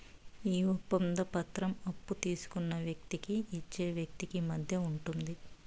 ఈ ఒప్పంద పత్రం అప్పు తీసుకున్న వ్యక్తికి ఇచ్చే వ్యక్తికి మధ్య ఉంటుంది